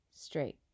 straight